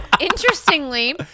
interestingly